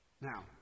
Now